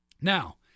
Now